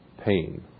pain